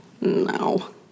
no